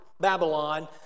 Babylon